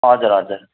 हजुर हजुर